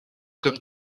comme